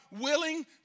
willing